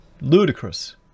Ludicrous